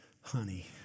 Honey